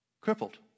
crippled